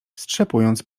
strzepując